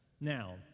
Now